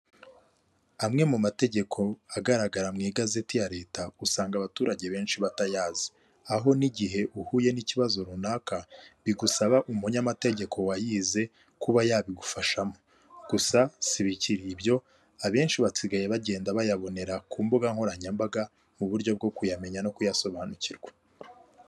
Amwe mu mategeko agaragara mu igazeti ya leta usanga abaturage benshi batayazi aho n'igihe uhuye n'ikibazo runaka bigusaba umunyamategeko wayize kuba yabigufashamo gusa sibikiri ibyo abenshi basigaye bagenda bayabonera ku mbuga nkoranyambaga mu buryo bwo kuyamenya no kuyasobanukirwa.